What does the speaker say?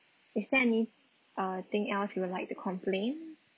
is there any uh thing else you would like to complain